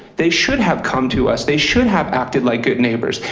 they should have come to us, they should have acted like good neighbors,